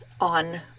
on